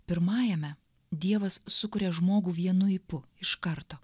pirmajame dievas sukuria žmogų vienu ipu iš karto